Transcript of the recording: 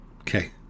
Okay